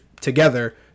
together